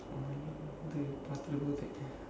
the after